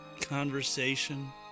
Conversation